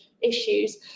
issues